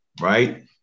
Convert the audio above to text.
right